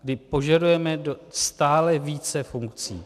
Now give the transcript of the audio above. My požadujeme stále více funkcí.